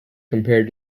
compared